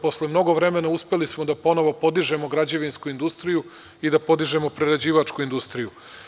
Posle mnogo vremena uspeli smo da ponovo podižemo građevinsku industriju i da podižemo prerađivačku industriju.